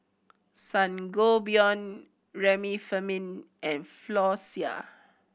Sangobion Remifemin and Floxia